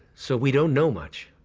so we don't know much.